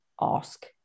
ask